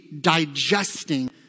digesting